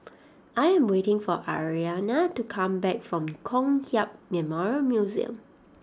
I am waiting for Aryana to come back from Kong Hiap Memorial Museum